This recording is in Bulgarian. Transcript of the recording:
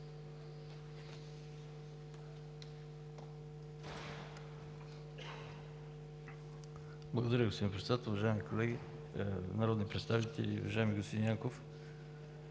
Благодаря Ви, господин председател. Уважаеми колеги народни представители, уважаеми господин Янков!